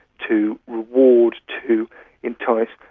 to reward, to entice,